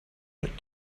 but